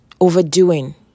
overdoing